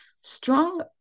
strong